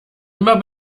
immer